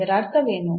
ಇದರ ಅರ್ಥವೇನು